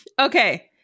Okay